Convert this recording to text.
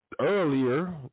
earlier